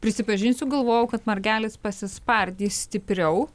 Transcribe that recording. prisipažinsiu galvojau kad margelis pasispardys stipriau